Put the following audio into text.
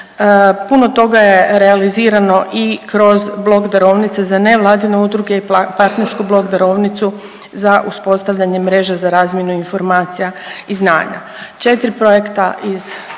Puno toga je realizirano i kroz Blok darovnice za nevladine udruge i Partnersku blok darovnicu za uspostavljanje mreže za razvojnu informacija i znanja. Četiri projekta iz